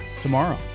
tomorrow